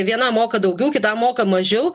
vienam moka daugiau kitam moka mažiau